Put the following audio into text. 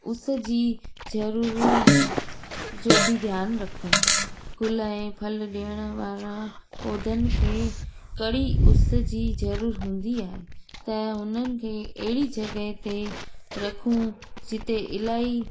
उस जी ज़रूरु जो बि ध्यानु रखूं गुल ऐं फल ॾियण वारा पौधनि खे कड़ी उस जी ज़रूरु हूंदी आहे त उन्हनि खे अहिड़ी जॻह ते रखूं जिते इलाही